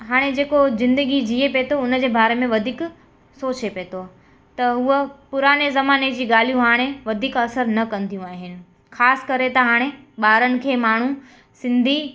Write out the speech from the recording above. हाणे जेको ज़िंदगी जीए पए थो उन जे बारे में वधीक सोचे पए थो त हूअ पुराणे ज़माने जी ॻाल्हियूं हाणे वधीक असर न कंदियूं आहिनि ख़ासि करे त हाणे ॿारनि खे माण्हू सिंधी